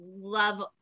love